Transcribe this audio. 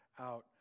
out